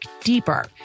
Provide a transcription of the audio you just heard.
deeper